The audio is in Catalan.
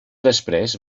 després